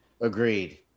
Agreed